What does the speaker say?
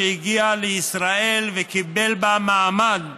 שהגיע לישראל וקיבל בה מעמד,